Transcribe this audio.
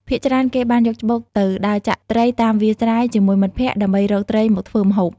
ភាគច្រើនគេបានយកច្បូកទៅដើរចាក់ត្រីតាមវាលស្រែជាមួយមិត្តភក្តិ ដើម្បីរកត្រីមកធ្វើម្ហូប។